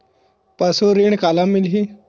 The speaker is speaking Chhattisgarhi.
पशु ऋण काला मिलही?